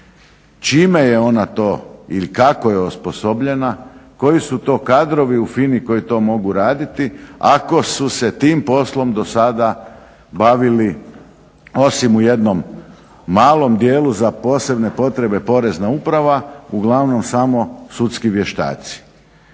Čime je ona to ili kako je osposobljena, koji su to kadrovi u FINA-i koji to mogu raditi ako su se tim poslom do sada bavili osim u jednom malom dijelu za posebne potrebe Porezna uprava, uglavnom samo sudski vještaci.